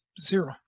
zero